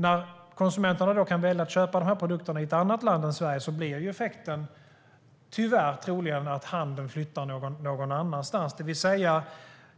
När konsumenterna då kan välja att köpa dessa produkter i ett annat land än Sverige blir effekten tyvärr troligen att handeln flyttar någon annanstans, det vill säga att